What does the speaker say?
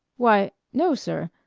why no, sir.